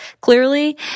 clearly